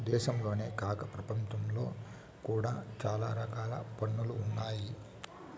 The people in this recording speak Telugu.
దేశంలోనే కాక ప్రపంచంలో కూడా చాలా రకాల పన్నులు ఉన్నాయి